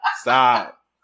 stop